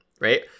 right